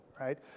right